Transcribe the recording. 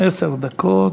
עשר דקות.